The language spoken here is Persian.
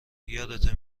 یادته